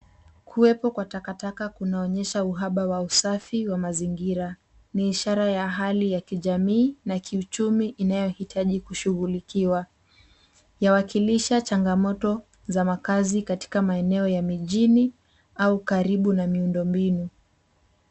Kuwepo kwa takakataka kunaonyesha uhaba wa usafi wa mazingira. Ni ishara ya hali ya kijamii na ni kiuchumi inahitaki kushughulikiwa. Yawakilisha changamoto za makazi katika maeneo ya mijini au karibu na miundo mbinu.